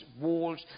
walls